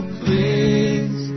please